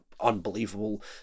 unbelievable